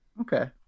Okay